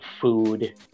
food